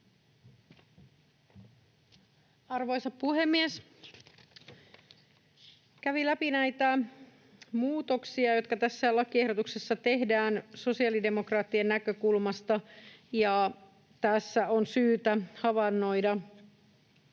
Arvoisa puhemies! Kävin läpi näitä muutoksia, jotka tässä lakiehdotuksessa tehdään, sosiaalidemokraattien näkökulmasta, ja tässä on syytä havainnoida